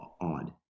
odd